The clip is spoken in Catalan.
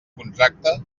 contracte